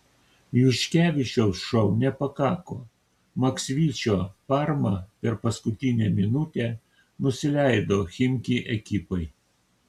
juškevičiaus šou nepakako maksvyčio parma per paskutinę minutę nusileido chimki ekipai